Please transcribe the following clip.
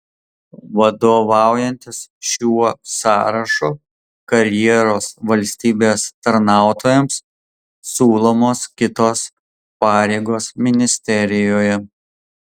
vadovaujantis šiuo sąrašu karjeros valstybės tarnautojams siūlomos kitos pareigos ministerijoje